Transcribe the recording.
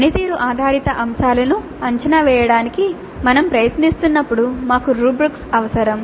పనితీరు ఆధారిత అంశాలను అంచనా వేయడానికి మేము ప్రయత్నిస్తున్నప్పుడు మాకు రుబ్రిక్స్ అవసరం